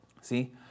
See